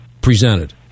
presented